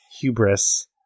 hubris